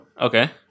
okay